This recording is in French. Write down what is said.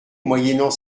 moyennant